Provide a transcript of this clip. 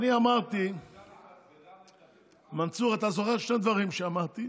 מנסור, אתה זוכר שני דברים שאמרתי: